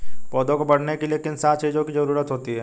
पौधों को बढ़ने के लिए किन सात चीजों की जरूरत होती है?